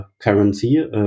currency